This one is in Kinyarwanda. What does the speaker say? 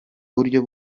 buryo